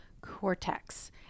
cortex